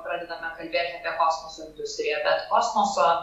pradedame kalbėti apie kosmoso industriją bet kosmoso